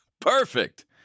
Perfect